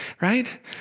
right